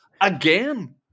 again